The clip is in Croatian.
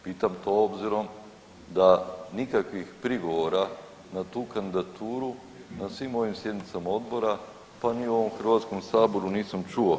Pitam to obzirom da nikakvih prigovora na tu kandidaturu na svim ovim sjednicama odbora pa ni u ovom Hrvatskom saboru nisam čuo.